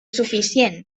suficient